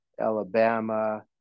Alabama